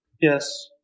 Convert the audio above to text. Yes